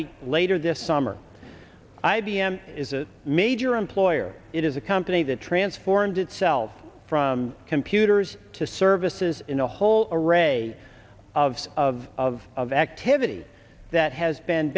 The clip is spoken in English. be later this summer i b m is a major employer it is a company that transformed itself from computers to services in a whole array of of of activity that has been